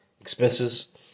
expenses